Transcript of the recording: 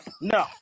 No